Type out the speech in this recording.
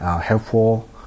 helpful